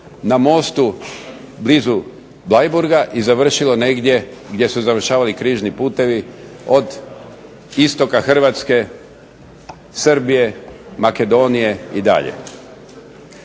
na mostu blizu Bleiburga, i završilo negdje gdje su završavali križni putevi od istoka Hrvatske, Srbije, Makedonije i dalje.